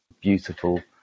beautiful